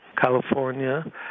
California